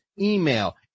email